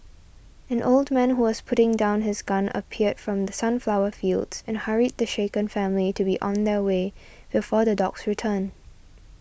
an old man who was putting down his gun appeared from the sunflower fields and hurried the shaken family to be on their way before the dogs return